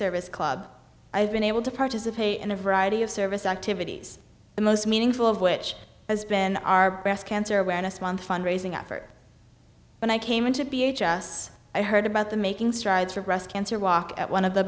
service club i've been able to participate in a variety of service activities the most meaningful of which has been our breast cancer awareness month fund raising effort and i came in to be h s i heard about the making strides for breast cancer walk at one of the